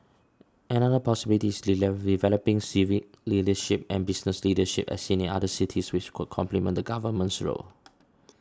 another possibilities develop developing civic leadership and business leadership as seen in other cities which could complement the Government's role